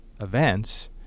events